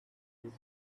this